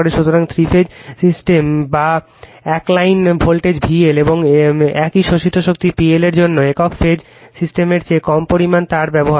সুতরাং তিন phase system যা একই লাইন ভোল্টেজ VL এবং একই শোষিত শক্তি PL এর জন্য একক ফেজ সিস্টেমের চেয়ে কম পরিমাণে তারের ব্যবহার করে